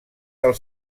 del